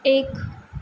एक